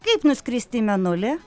kaip nuskristi į mėnulį